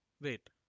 wait